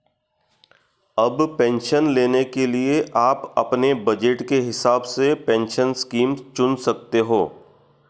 अब पेंशन लेने के लिए आप अपने बज़ट के हिसाब से पेंशन स्कीम चुन सकते हो